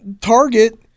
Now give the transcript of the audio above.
target